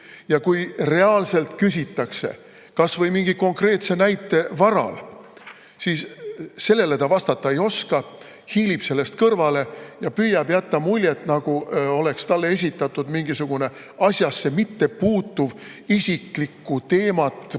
ja kui reaalselt küsitakse kas või mingi konkreetse näite varal, siis ta vastata ei oska, hiilib sellest kõrvale ja püüab jätta muljet, nagu oleks talle esitatud mingisugune asjasse mittepuutuv, isiklikku teemat